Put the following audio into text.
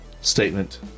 statement